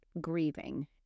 grieving